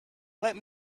let